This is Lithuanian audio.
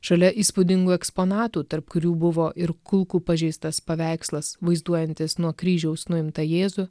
šalia įspūdingų eksponatų tarp kurių buvo ir kulkų pažeistas paveikslas vaizduojantis nuo kryžiaus nuimtą jėzų